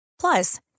Plus